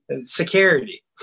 security